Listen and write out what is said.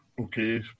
Okay